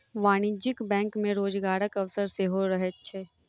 वाणिज्यिक बैंक मे रोजगारक अवसर सेहो रहैत छै